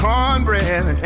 Cornbread